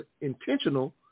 intentional